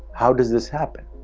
how does this happen?